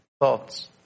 thoughts